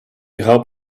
help